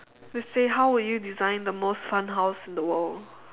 just say how will you design the most fun house in the world